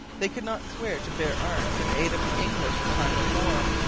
they could not swear to bear arms in aid of the english in time of war.